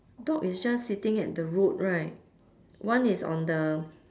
dog is just sitting at the road right one is on the